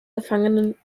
gefangenen